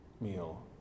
meal